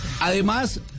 además